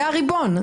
זה הריבון.